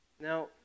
Now